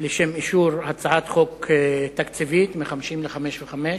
לשם אישור הצעת חוק תקציבית ל-55.